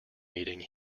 meeting